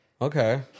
Okay